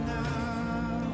now